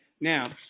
Now